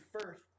first